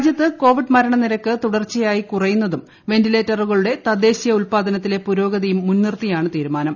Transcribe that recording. രാജ്യത്ത് കോവിഡ് മരണനിരക്ക് തുടർച്ചയായി കുറയുന്നതും വെന്റിലേറ്ററുകളുടെ തദ്ദേശീയ ഉത്പാദനത്തിലെ പുരോഗതിയും മുൻനിർത്തിയാണ് തീരുമാനം